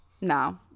No